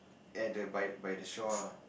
at the by by the shore lah